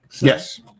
Yes